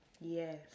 yes